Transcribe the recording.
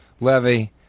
Levy